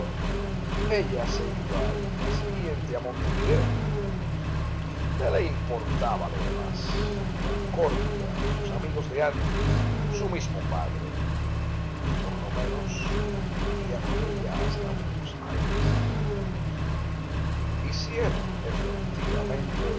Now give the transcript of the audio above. ella se iba al día siguiente a montevideo qué le importaba lo demás concordia sus amigos de antes su mismo padre por lo menos iría con ella hasta buenos aires hicieron efectivamente